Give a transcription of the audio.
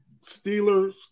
Steelers